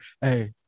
Hey